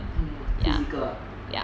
mm physical ah